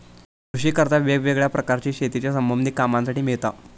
कृषि कर्जा वेगवेगळ्या प्रकारची शेतीच्या संबधित कामांसाठी मिळता